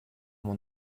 mon